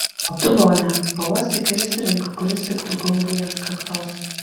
o tu bone pauostyk ir išsirink kuris tiktų gumbui ant kaktos